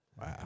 wow